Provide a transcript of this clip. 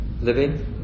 Living